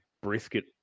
brisket